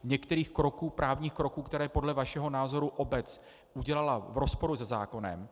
Některých právních kroků, které podle vašeho názoru obec udělala v rozporu se zákonem.